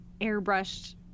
airbrushed